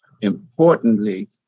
Importantly